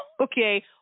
Okay